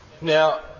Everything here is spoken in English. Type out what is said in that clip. Now